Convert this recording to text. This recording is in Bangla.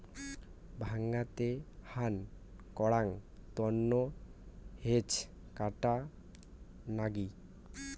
ডাঙাতে হান করাং তন্ন হেজ কাটা লাগি